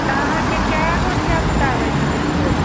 तऽ अहाँके कै गो धिआ पूता आबैत छथिन से